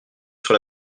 sur